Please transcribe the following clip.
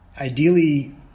ideally